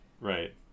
right